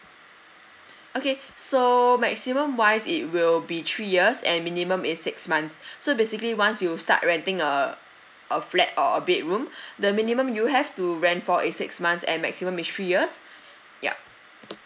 okay so maximum wise it will be three years and minimum is six months so basically once you start renting a a flat or a bedroom the minimum you have to rent for is six months and maximum is three years ya